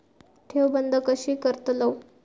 ठेव बंद कशी करतलव?